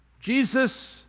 Jesus